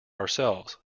ourselves